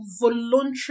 voluntary